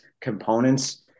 components